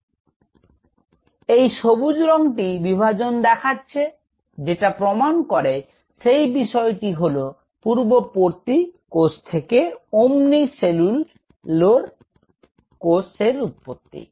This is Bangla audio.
তো এই সবুজ রঙটি বিভাজন দেখাচ্ছে যেটা প্রমাণ করে সেই বিষয়টি হল পূর্ববর্তী কোষ থেকে omni cellule কোষের উৎপত্তি